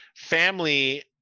Family